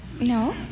No